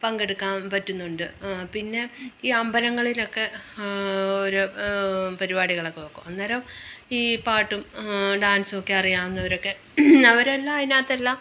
പങ്കെടുക്കാം പറ്റുന്നുണ്ട് പിന്നെ ഈ അമ്പലങ്ങളിലൊക്കെ ഒരു പരിപാടികളൊക്കെ വെക്കും അന്നേരം ഈ പാട്ടും ഡാൻസുമൊക്കെ അറിയാവുന്നവരൊക്കെ അവരെല്ലാം അതിനകത്തെല്ലാം